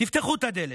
תפתחו את הדלת,